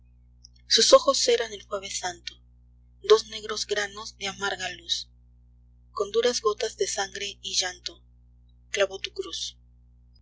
sus ojos eran e jueves santo dos negros granos de amarga luz con duras gotas de sangre y llanto clavó tu cruz